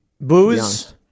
Booze